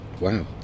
Wow